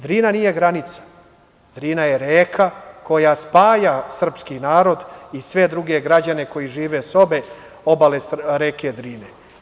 Drina nije granica, Drina je reka koja spaja srpski narod i sve druge građane koji žive sa obe obale reke Drine.